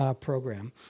program